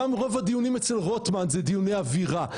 גם רוב הדיונים אצל רוטמן זה דיוני אווירה,